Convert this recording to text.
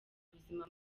ubuzima